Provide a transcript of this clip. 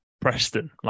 Preston